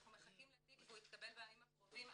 אנחנו מחכים לתיק שיתקבל בימים הקרובים,